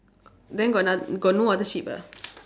then got ano~ got no other sheep ah